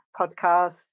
podcast